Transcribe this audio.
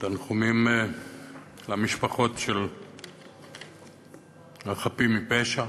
תנחומים למשפחות של החפים מפשע,